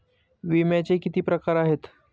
विम्याचे किती प्रकार आहेत?